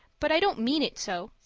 but i don't mean it so.